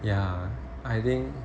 ya I think